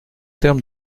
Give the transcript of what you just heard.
terme